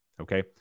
Okay